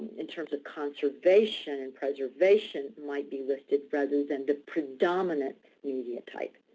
in terms of conservation and preservation might be listed rather than the predominant media type.